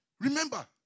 Remember